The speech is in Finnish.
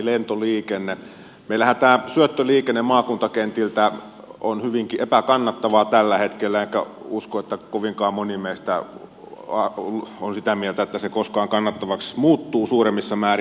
meillähän tämä syöttöliikenne maakuntakentiltä on hyvinkin epäkannattavaa tällä hetkellä enkä usko että kovinkaan moni meistä on sitä mieltä että se koskaan kannattavaksi muuttuu suuremmissa määrin